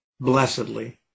blessedly